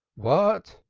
what?